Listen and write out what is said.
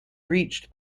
reached